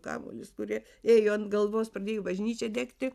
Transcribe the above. kamuolius kurie ėjo ant galvos pradėjo į bažnyčią degti